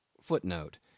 Footnote